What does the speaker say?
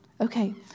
Okay